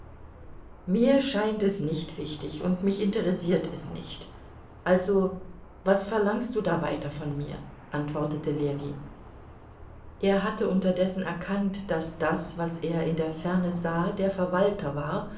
mir scheint es nicht wichtig und mich interessiert es nicht also was verlangst du da weiter von mir antwortete ljewin er hatte unterdessen erkannt daß das was er in der ferne sah der verwalter war